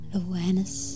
awareness